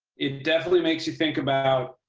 it definitely makes you think about